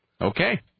Okay